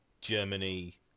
Germany